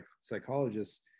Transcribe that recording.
psychologists